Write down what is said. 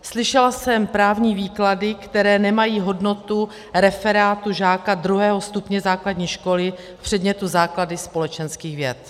Slyšela jsem právní výklady, které nemají hodnotu referátu žáka druhého stupně základní školy v předmětu základy společenských věd.